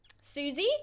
Susie